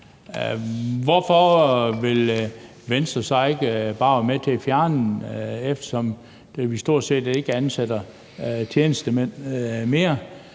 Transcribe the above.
Hvorfor vil Venstre så ikke være med til bare at fjerne den, eftersom vi stort set ikke ansætter tjenestemænd mere?